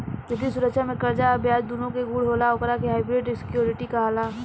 वित्तीय सुरक्षा में कर्जा आ ब्याज दूनो के गुण होला ओकरा के हाइब्रिड सिक्योरिटी कहाला